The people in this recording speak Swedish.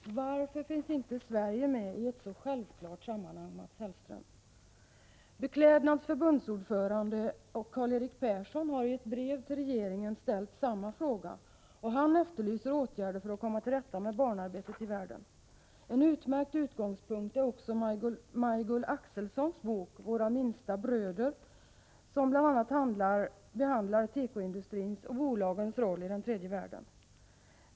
Varför finns inte Sverige med i ett så självklart sammanhang, Mats Hellström? Beklädnads förbundsordförande Karl Erik Persson har i ett brev till regeringen ställt samma fråga, och han efterlyser åtgärder för att komma till rätta med barnarbetet i världen. En utmärkt utgångspunkt är också Majgull Axelssons bok Våra minsta bröder, som bl.a. behandlar tekoindustrins och bolagens roll i den tredje världen.